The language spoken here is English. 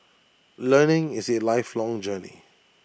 learning is A lifelong journey